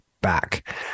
back